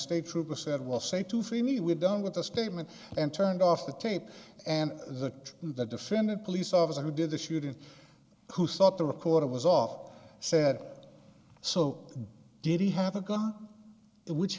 state trooper said well say to free me we're done with the statement and turned off the tape and that the defendant police officer who did the shooting who sought to record it was off said so did he have a gun which